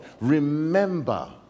Remember